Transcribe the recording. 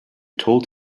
told